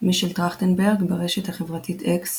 מישל טרכטנברג, ברשת החברתית אקס